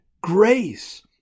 grace